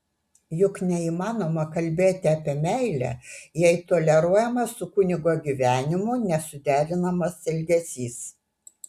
juk neįmanoma kalbėti apie meilę jei toleruojamas su kunigo gyvenimu nesuderinamas elgesys